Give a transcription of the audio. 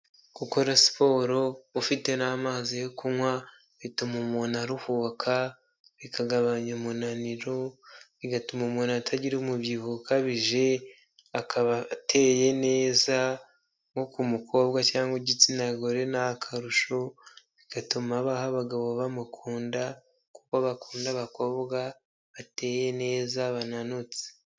Gukora siporo ufite n'amazi yo kunywa bituma umuntu aruhuka, bikagabanya umunaniro, bigatuma umuntu atagira umubyibuho ukabije, akaba ateye neza nko ku mukobwa cyangwa igitsina gore ni akarusho, bigatuma abaho abagabo bamukunda kuko bakunda abakobwa bateye neza bananutse.